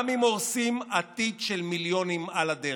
גם אם הורסים עתיד של מיליונים על הדרך.